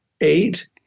eight